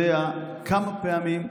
אתה אפילו לא מכיר ולא יודע כמה פעמים,